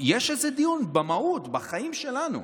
יש איזה דיון במהות, בחיים שלנו.